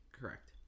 Correct